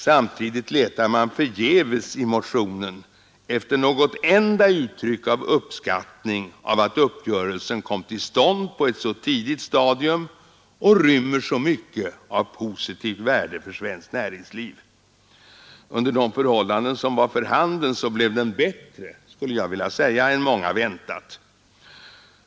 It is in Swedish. Samtidigt letar man förgäves i motionen efter något enda uttryck för uppskattning av att uppgörelsen kom till stånd på ett så tidigt stadium och rymmer så mycket av positivt värde för svenskt näringsliv. Under de förhållanden som var för handen blev den bättre, skulle jag vilja påstå, än många väntat.